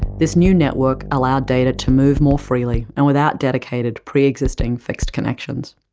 this new network allowed data to move more freely and without dedicated, pre-existing, fixed connections.